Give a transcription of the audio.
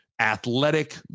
athletic